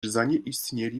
zanieistnieli